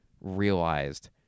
realized